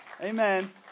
Amen